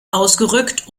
ausgerückt